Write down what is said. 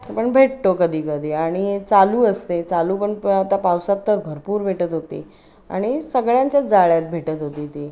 पण भेटतो कधी कधी आणि चालू असते चालू पण आता पावसात तर भरपूर भेटत होती आणि सगळ्यांच्या जाळ्यात भेटत होती ती